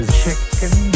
chicken